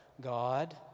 God